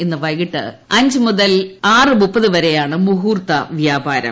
ഇന്ന് വൈകിട്ട് അഞ്ച് മുതൽ ആറര വരെയാണ് മുഹൂർത്ത വ്യാപാരം